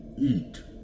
eat